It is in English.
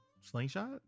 slingshot